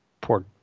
poor